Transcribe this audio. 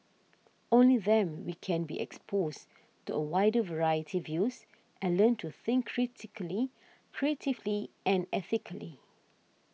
only them we can be exposed to a wider variety views and learn to think critically creatively and ethically